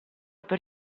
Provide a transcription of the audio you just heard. per